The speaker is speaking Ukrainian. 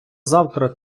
завтра